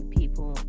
people